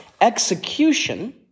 execution